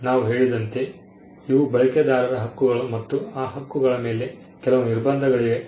ನಾವು ಹೇಳಿದಂತೆ ಇವು ಬಳಕೆದಾರರ ಹಕ್ಕುಗಳು ಮತ್ತು ಆ ಹಕ್ಕುಗಳ ಮೇಲೆ ಕೆಲವು ನಿರ್ಬಂಧಗಳಿವೆ